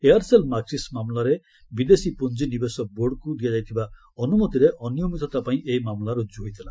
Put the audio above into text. Aircel Maxis ମାମଲରେ ବିଦେଶୀ ପୁଞ୍ଜିନିବେଶ ବୋର୍ଡକୁ ଦିଆଯାଇଥିବା ଅନୁମତିରେ ଅନିୟମିତତା ପାଇଁ ଏହି ମାମଲା ରୁଜୁ ହୋଇଥିଲା